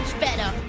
better.